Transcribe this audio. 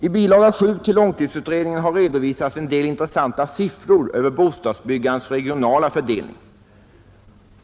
I bilaga 7 till långtidsutredningen redovisas en del intressanta siffror över bostadsbyggandets regionala fördelning.